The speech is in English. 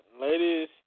Ladies